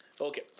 Okay